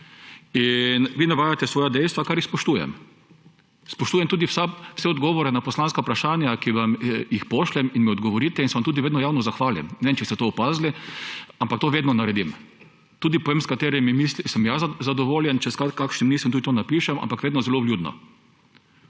Vi navajate svoja dejstva, kar jaz spoštujem. Spoštujem tudi vse dogovore na poslanska vprašanja, ki vam jih pošljem in odgovorite in se vam tudi vedno javno zahvalim. Ne vem, če ste to opazili, ampak to vedno naredim, tudi povem, s katerimi sem jaz zadovoljen, če s kakšnim nisem, tudi to napišem, ampak vedno zelo vljudno.